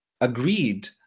agreed